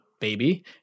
baby